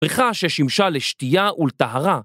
פריחה ששימשה לשתייה ולטהרה.